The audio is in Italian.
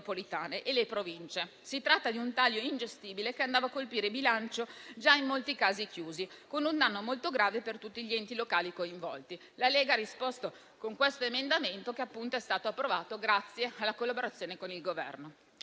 e le Province. Si tratta di un taglio ingestibile che andava a colpire bilanci in molti casi già chiusi, con un danno molto grave per tutti gli enti locali coinvolti. La Lega ha risposto con questo emendamento, che è stato approvato grazie alla collaborazione con il Governo.